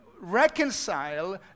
reconcile